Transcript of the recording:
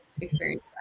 experience